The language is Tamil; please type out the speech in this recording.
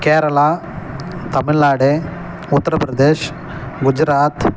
கேரளா தமிழ்நாடு உத்திரப்பிரதேஷ் குஜராத்